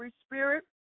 spirit